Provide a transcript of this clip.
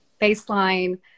baseline